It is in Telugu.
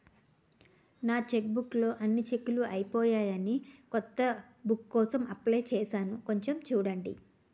నా చెక్బుక్ లో అన్ని చెక్కులూ అయిపోయాయని కొత్త బుక్ కోసం అప్లై చేసాను కొంచెం చూడండి